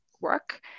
work